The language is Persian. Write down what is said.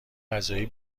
قضایی